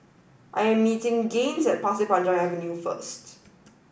I am meeting Gaines at Pasir Panjang Avenue first